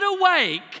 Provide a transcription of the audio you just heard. awake